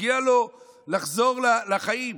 מגיע לו לחזור לחיים.